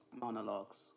monologues